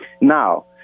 Now